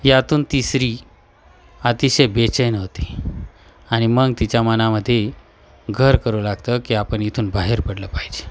यातून ती स्त्री अतिशय बेचैन होते आणि मग तिच्या मनामध्ये घर करू लागतं की आपण इथून बाहेर पडलं पाहिजे